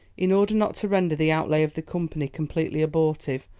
in order not to render the outlay of the company completely abortive,